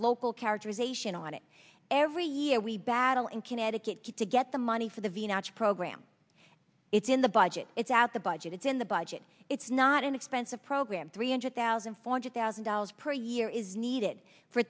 local characterization on it every year we battle in connecticut to get the money for the venus program it's in the budget it's out the budget it's in the budget it's not an expensive program three hundred thousand four hundred thousand dollars per year is needed for